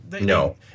No